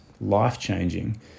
life-changing